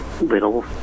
little